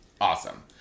Awesome